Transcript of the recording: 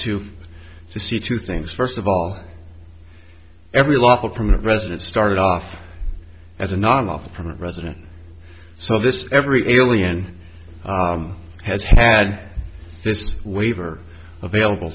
to to see two things first of all every lawful permanent resident started off as a non lawful permanent resident so this every elian has had this waiver available